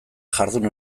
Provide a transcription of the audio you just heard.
jardun